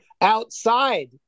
Outside